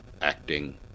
acting